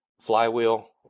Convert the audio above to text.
Flywheel